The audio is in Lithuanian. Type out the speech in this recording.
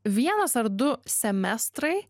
vienas ar du semestrai